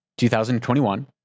2021